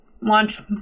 launch